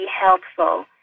helpful